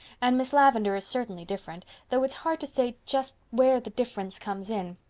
and miss lavendar is certainly different, though it's hard to say just where the difference comes in.